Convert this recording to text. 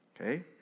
okay